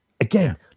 Again